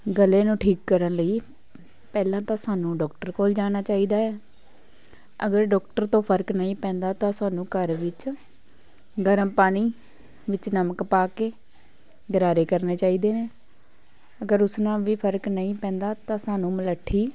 ਗਲੇ ਨੂੰ ਠੀਕ ਕਰਨ ਲਈ ਪਹਿਲਾਂ ਤਾਂ ਸਾਨੂੰ ਡੋਕਟਰ ਕੋਲ ਜਾਣਾ ਚਾਹੀਦਾ ਹੈ ਅਗਰ ਡੋਕਟਰ ਤੋਂ ਫਰਕ ਨਹੀਂ ਪੈਂਦਾ ਤਾਂ ਸਾਨੂੰ ਘਰ ਵਿੱਚ ਗਰਮ ਪਾਣੀ ਵਿੱਚ ਨਮਕ ਪਾ ਕੇ ਗਰਾਰੇ ਕਰਨੇ ਚਾਹੀਦੇ ਨੇ ਅਗਰ ਉਸ ਨਾਲ ਵੀ ਫਰਕ ਨਹੀਂ ਪੈਂਦਾ ਤਾਂ ਸਾਨੂੰ ਮਲੱਠੀ